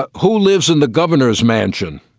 ah who lives in the governor's mansion?